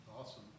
Awesome